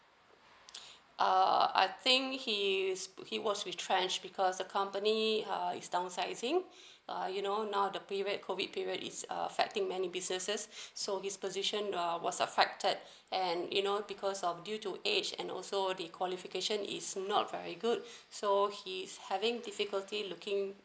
uh I think he's he was retrenched because the company uh is downsizing uh you know now the period COVID period is err affecting many businesses so his position um was affected and you know because of due to age and also the qualification is not very good so he is having difficulty looking